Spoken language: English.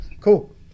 Cool